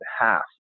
half